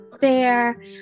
fair